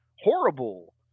horrible